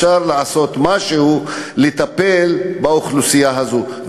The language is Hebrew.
אפשר לעשות משהו לטפל באוכלוסייה הזאת,